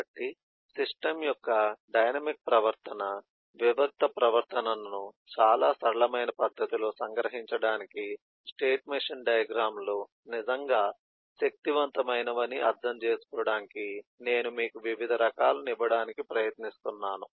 కాబట్టి సిస్టమ్ యొక్క డైనమిక్ ప్రవర్తన వివిక్త ప్రవర్తనను చాలా సరళమైన పద్ధతిలో సంగ్రహించడానికి స్టేట్ మెషిన్ డయాగ్రమ్ లు నిజంగా శక్తివంతమైనవని అర్థం చేసుకోవడానికి నేను మీకు వివిధ రకాలను ఇవ్వడానికి ప్రయత్నిస్తున్నాను